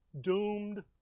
doomed